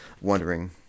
wondering